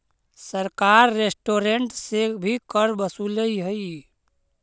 सरकार रेस्टोरेंट्स से भी कर वसूलऽ हई